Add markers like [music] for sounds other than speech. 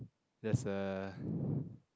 there's a [breath]